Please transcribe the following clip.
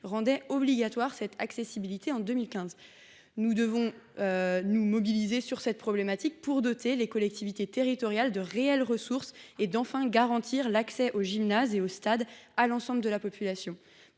rendait obligatoire cette accessibilité en 2015. Nous devons nous mobiliser sur cette problématique et doter les collectivités territoriales de ressources réelles afin de garantir enfin l’accès aux gymnases et aux stades à l’ensemble de la population.